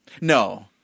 No